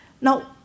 Now